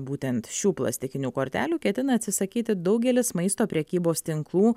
būtent šių plastikinių kortelių ketina atsisakyti daugelis maisto prekybos tinklų